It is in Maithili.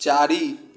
चारि